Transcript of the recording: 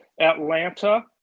Atlanta